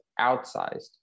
outsized